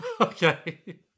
Okay